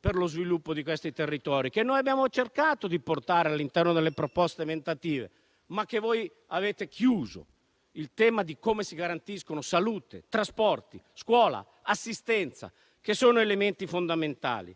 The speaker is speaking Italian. per lo sviluppo di questi territori, che noi abbiamo cercato di portare all'interno delle proposte emendative, ma voi avete chiuso, è il tema di come si garantiscono salute, trasporti, scuola e assistenza, che sono elementi fondamentali.